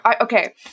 Okay